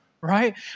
right